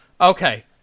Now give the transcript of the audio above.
Okay